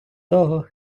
того